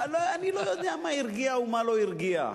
אני לא יודע מה הרגיע ומה לא הרגיע,